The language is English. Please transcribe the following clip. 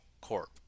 Corp